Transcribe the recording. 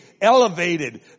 elevated